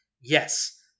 yes